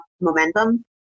momentum